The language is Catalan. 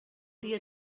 dia